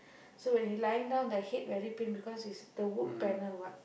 so when he lying down the head very pain because it's the wood panel what